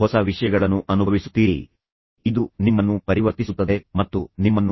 ಕೆಲವು ಪರಿಹಾರಗಳು ತಾತ್ಕಾಲಿಕವಾಗಿರಬಹುದು ಕೆಲವು ಶಾಶ್ವತವಾಗಿರಬಹುದು